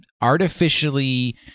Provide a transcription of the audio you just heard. artificially